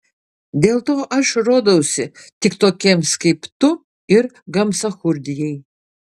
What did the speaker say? dėl to aš rodausi tik tokiems kaip tu ir gamsachurdijai